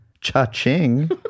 Cha-ching